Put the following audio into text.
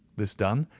this done,